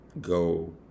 go